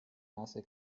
nasse